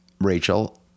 Rachel